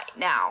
now